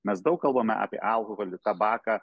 mes daug kalbame apie alkoholį tabaką